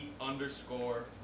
underscore